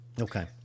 Okay